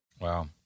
Wow